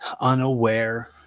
unaware